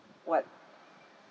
what